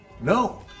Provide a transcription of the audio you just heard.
no